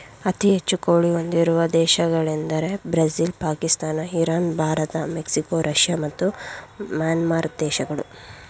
ಅತಿ ಹೆಚ್ಚು ಕೋಳಿ ಹೊಂದಿರುವ ದೇಶಗಳೆಂದರೆ Brazil Pakistan Iran Bharat Mexico Russia ಮತ್ತು ಮ್ಯಾನ್ಮಾರ್ ದೇಶಗಳು